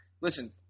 listen